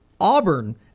Auburn